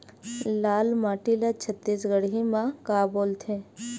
लाल माटी ला छत्तीसगढ़ी मा का बोलथे?